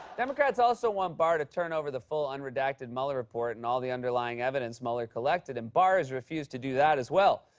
democrats also want barr to turn over the full, unredacted mueller report and all the underlying evidence mueller collected, and barr has refused to do that, as well.